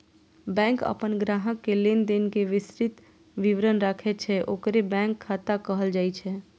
bank अपन ग्राहक के लेनदेन के विस्तृत विवरण राखै छै, ओकरे बैंक खाता कहल जाइ छै